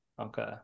Okay